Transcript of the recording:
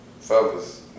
fellas